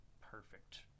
perfect